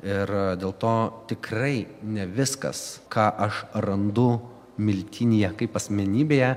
ir dėl to tikrai ne viskas ką aš randu miltinyje kaip asmenybėje